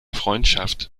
freundschaft